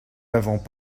n’avons